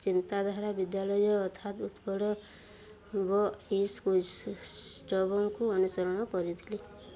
ଚିନ୍ତାଧାରା ବିଦ୍ୟାଳୟ ଅର୍ଥାତ୍ ଉତ୍କଳ ବ ଇସ୍ କଷ୍ଟବଙ୍କୁ ଅନୁସରଣ କରିଥିଲି